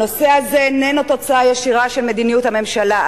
הנושא הזה איננו תוצאה ישירה של מדיניות הממשלה,